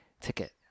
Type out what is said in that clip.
ticket